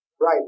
right